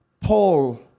Paul